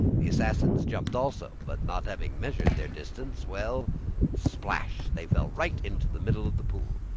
the assassins jumped also, but not having measured their distance well splash! they fell right into the middle of the pool.